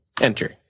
Enter